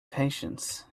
patience